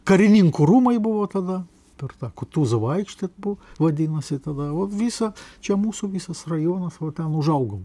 karininkų rūmai buvo tada per tą kutuzovo aikštę buvo vadinasi tada o viso čia mūsų visas rajonas va ten užaugom